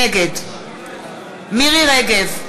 נגד מירי רגב,